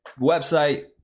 website